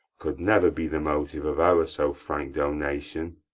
could never be the motive of our so frank donation.